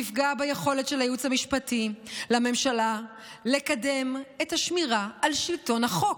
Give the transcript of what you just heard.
תפגע ביכולת של הייעוץ המשפטי לממשלה לקדם את השמירה על שלטון החוק.